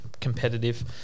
competitive